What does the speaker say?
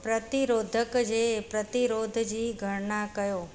प्रतिरोधक जे प्रतिरोध जी ॻणिना कयो